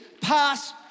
pass